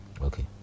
Okay